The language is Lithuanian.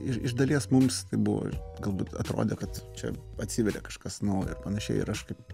iš iš dalies mums tai buvo galbūt atrodo kad čia atsiveria kažkas naujo ir panašiai ir aš kaip